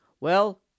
Well